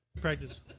Practice